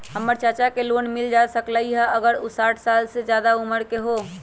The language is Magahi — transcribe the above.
हमर चाचा के लोन मिल जा सकलई ह अगर उ साठ साल से जादे उमर के हों?